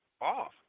off